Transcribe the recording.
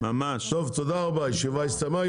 טוב, תודה רבה, הישיבה הסתיימה.